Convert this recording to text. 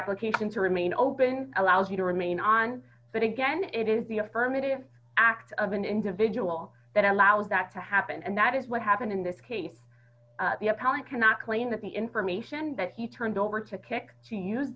application to remain open allows you to remain on but again it is the affirmative act of an individual that allows that to happen and that is what happened in this case the appellant cannot claim that the information that he turned over to kick to use